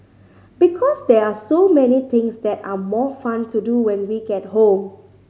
because there are so many things that are more fun to do when we get home